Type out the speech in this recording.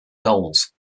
goals